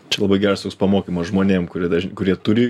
čia labai geras toks pamokymas žmonėm kurie daž kurie turi